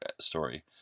story